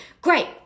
Great